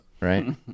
right